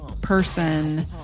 person